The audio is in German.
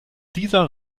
dieser